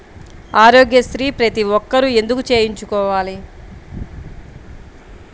ఆరోగ్యశ్రీ ప్రతి ఒక్కరూ ఎందుకు చేయించుకోవాలి?